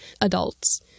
adults